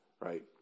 Right